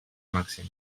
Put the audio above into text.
màxim